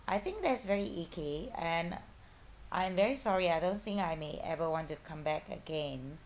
I think that's very icky and I am very sorry I don't think I may ever want to come back again